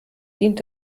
dient